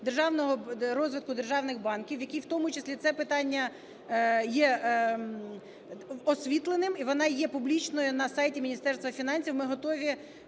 стратегія розвитку державних банків, які в тому числі, це питання є освітленим, і вона є публічною на сайті Міністерства фінансів.